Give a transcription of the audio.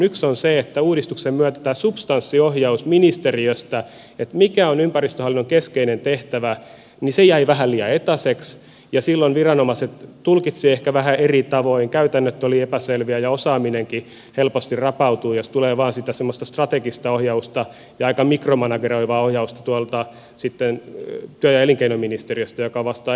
yksi on se että uudistuksen myötä tämä substanssiohjaus ministeriöstä että mikä on ympäristöhallinnon keskeinen tehtävä jäi vähän liian etäiseksi ja silloin viranomaiset tulkitsivat ehkä vähän eri tavoin käytännöt olivat epäselviä ja osaaminenkin helposti rapautuu jos tulee vain sitä semmoista strategista ohjausta ja aika mikromanageroivaa ohjausta tuolta työ ja elinkeino ministeriöstä joka vastaa ely ja yleisohjauksesta